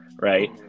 right